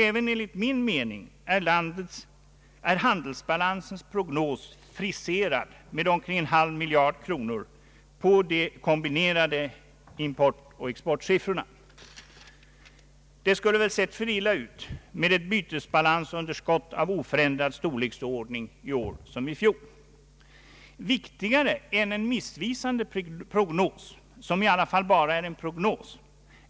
Även enligt min mening är handelsbalansens prognos friserad med omkring en halv miljard kronor på de kombinerade importoch exportsiffrorna. Det skulle väl sett för illa ut med ett bytesbalansunderskott av oförändrad storleksordning i år som i fjol, antar jag. Viktigare än en missvisande prognos, som i alla fall bara är en prognos,